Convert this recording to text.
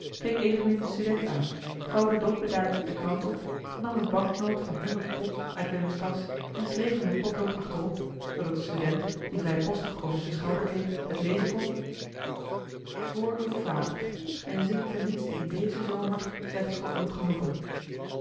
evenmin den student aan vouwde dood bedaard de krant op nam eene banknoot van honderd pond uit willems tasch en schreef er met potlood achterop zoodat de student die vrijpostig over zijn schouder keek het lezen kon voor uw vader en zing ten minste in dezen zomer slechts voor uw genoegen